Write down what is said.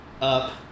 up